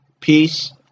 peace